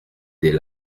des